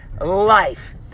life